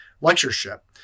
lectureship